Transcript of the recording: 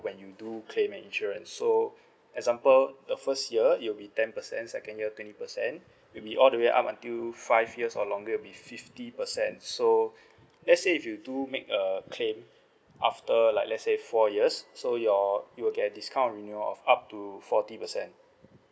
when you do claim an insurance so example the first year it will be ten percent second year twenty percent maybe all the way up until five years or longer it'll be fifty percent so let's say if you do make a claim after like let's say four years so your you will get discount on your up to forty percent